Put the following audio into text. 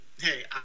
Hey